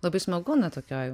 labai smagu na tokioj